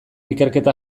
ikerketa